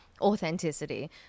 authenticity